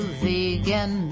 vegan